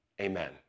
Amen